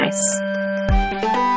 nice